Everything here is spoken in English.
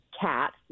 cat